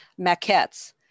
maquettes